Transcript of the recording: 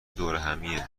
دورهمیه